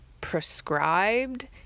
prescribed